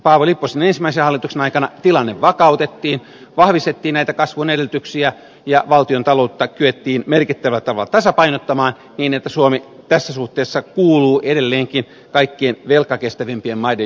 paavo lipposen ensimmäisen hallituksen aikana tilanne vakautettiin vahvistettiin näitä kasvun edellytyksiä ja valtiontaloutta kyettiin merkittävällä tavalla tasapainottamaan niin että suomi tässä suhteessa kuuluu edelleenkin kaikkein velkakestävimpien maiden joukkoon